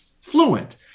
fluent